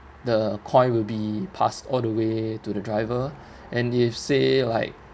the coin will be passed all the way to the driver and if say like